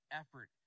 effort